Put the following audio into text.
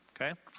Okay